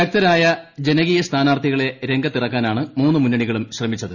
ശക്തരായ ജനകീയ സ്ഥാനാർത്ഥികളെ രംഗത്തിറക്കാനാണ് മുന്നു മുന്നണികളും ശ്രമിച്ചത്